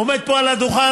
עומד פה על הדוכן,